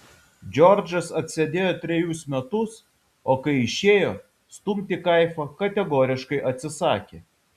džordžas atsėdėjo trejus metus o kai išėjo stumti kaifą kategoriškai atsisakė